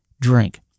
drink